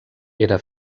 era